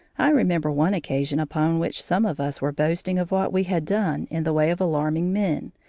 i remember one occasion upon which some of us were boasting of what we had done in the way of alarming men,